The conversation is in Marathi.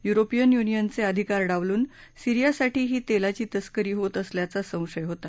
युरोपियन युनियनचे अधिकार डावलून सिरीयासाठी ही तेलाची तस्करी होत असल्याचा संशय होता